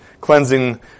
Cleansing